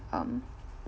um